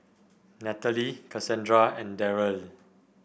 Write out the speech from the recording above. Nathaly Casandra and Darryle